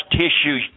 tissue